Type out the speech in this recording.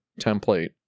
template